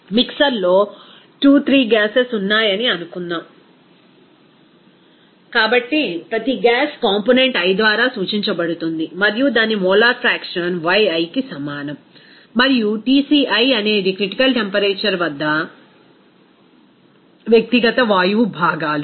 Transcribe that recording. మిక్సర్లో 2 3 గ్యాసెస్ ఉన్నాయని అనుకుందాం కాబట్టి ప్రతి గ్యాస్ కాంపోనెంట్ i ద్వారా సూచించబడుతుంది మరియు దాని మోలార్ ఫ్రాక్షన్ Yiకి సమానం మరియు Tci అనేది క్రిటికల్ టెంపరేచర్ వద్ద వ్యక్తిగత వాయువు భాగాలు